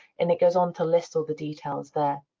and it goes on to list all the details there.